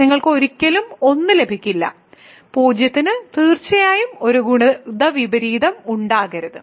നിങ്ങൾക്ക് ഒരിക്കലും 1 ലഭിക്കില്ല 0 ന് തീർച്ചയായും ഒരു ഗുണിത വിപരീതം ഉണ്ടാകരുത്